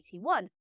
1981